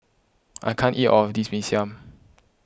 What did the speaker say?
I can't eat all of this Mee Siam